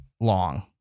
long